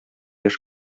яшь